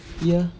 ya